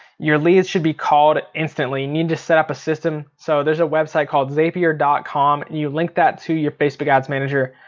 your leads should be called instantly. you need to set up a system. so there's a website called zapier com, you link that to your facebook ads manager.